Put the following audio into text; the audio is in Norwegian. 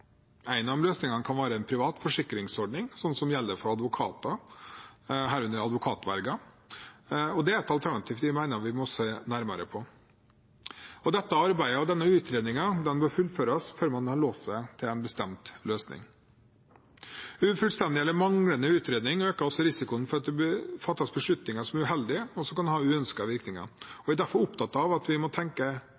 av løsningene kan være en privat forsikringsordning, slik det gjelder for advokater, herunder advokatverger. Det er et alternativ jeg mener vi må se nærmere på. Dette arbeidet og denne utredningen bør fullføres før man har låst seg til en bestemt løsning. Ufullstendig eller manglende utredning øker også risikoen for at det blir fattet beslutninger som er uheldige, og som kan ha uønskede virkninger. Jeg er derfor opptatt av at vi må tenke helhetlig og